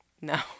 No